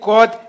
God